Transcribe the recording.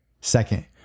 Second